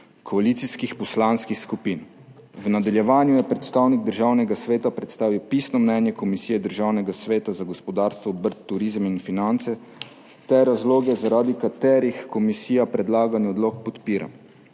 koalicijskih poslanskih skupin. V nadaljevanju je predstavnik Državnega sveta predstavil pisno mnenje Komisije Državnega sveta za gospodarstvo, obrt, turizem in finance ter razloge, zaradi katerih komisija predlagani odlok podpira.